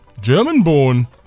German-born